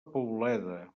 poboleda